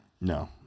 No